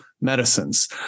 medicines